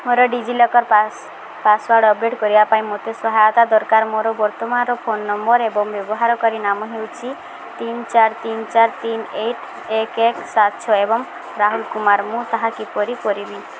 ମୋର DigiLocker pass password update କରିବା ପାଇଁ ମୋତେ ସହାୟତା ଦରକାର ମୋର ବର୍ତ୍ତମାନର ଫୋନ୍ ନମ୍ବର୍ ଏବଂ ବ୍ୟବହାରକାରୀ ନାମ ହେଉଛି ତିନି ଚାରି ତିନି ଚାରି ତିନି ଆଠ ଏକ ଏକ ସାତ ଛଅ ଏବଂ ରାହୁଲ କୁମାର ମୁଁ ତାହା କିପରି କରିବି